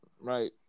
right